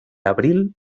abril